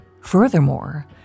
Furthermore